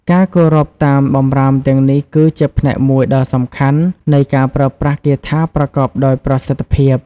ការគោរពតាមបម្រាមទាំងនេះគឺជាផ្នែកមួយដ៏សំខាន់នៃការប្រើប្រាស់គាថាប្រកបដោយប្រសិទ្ធភាព។